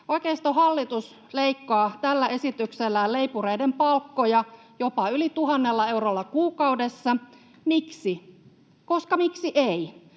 Oikeistohallitus leikkaa tällä esityksellään leipureiden palkkoja jopa yli tuhannella eurolla kuukaudessa. Miksi? Koska miksi ei.